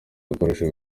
ibikoresho